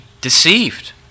deceived